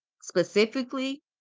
specifically